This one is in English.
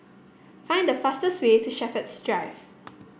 find the fastest way to Shepherds Drive